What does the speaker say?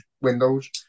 windows